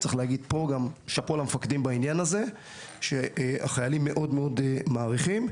צריך להגיד פה שאפו למפקדים בעניין הזה שהחיילים מעריכים מאוד.